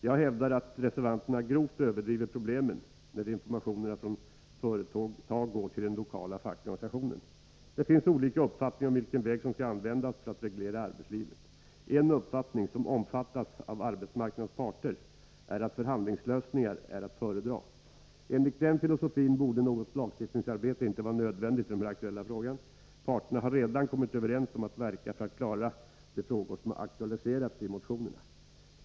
Jag hävdar att reservanterna grovt överdriver problemen med att informationen från företag går till den lokala fackliga organisationen. Det finns olika uppfattningar om vilken väg som skall användas för att reglera arbetslivet. En uppfattning som omfattas av arbetsmarknadens parter är att förhandlingslösningar är att föredra. Enligt den filosofin borde något lagstiftningsarbete inte vara nödvändigt i den aktuella frågan. Parterna har redan kommit överens om att verka för att klara de frågor som har aktualiserats i motionerna.